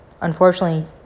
unfortunately